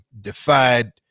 defied